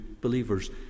believers